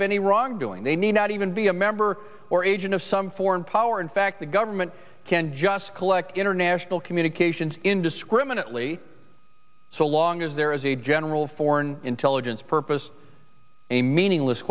of any wrongdoing they may not even be a member or agent of some foreign power in fact the government can just collect international communications indiscriminately so long as there is a general foreign intelligence purpose a meaningless